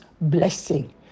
blessing